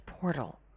portal